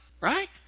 right